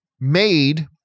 made